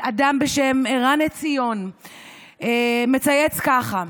אדם בשם ערן עציון מצייץ ככה,